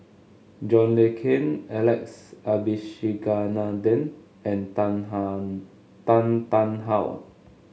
John Le Cain Alex Abisheganaden and Tan Tan Tarn How